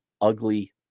ugly